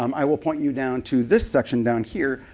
um i will point you down to this section down here,